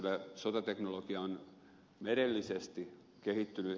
kyllä sotateknologia on merellisesti kehittynyt